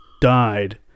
died